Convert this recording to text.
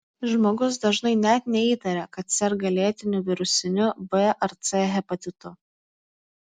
žmogus dažnai net neįtaria kad serga lėtiniu virusiniu b ar c hepatitu